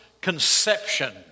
conception